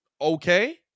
okay